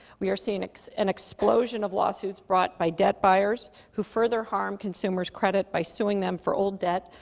we are seeing an explosion of lawsuits brought by debt buyers who further harm consumers' credit by suing them for old debt,